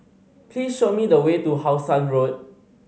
please show me the way to How Sun Road